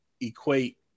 equate